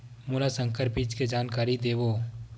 मोला संकर बीज के जानकारी देवो?